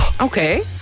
Okay